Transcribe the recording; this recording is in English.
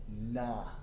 nah